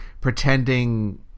pretending